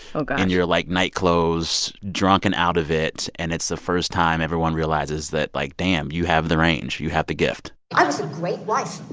oh, gosh. in your, like, nightclothes, drunk and out of it. and it's the first time everyone realizes that, like, damn. you have the range. you have the gift i was a great wife.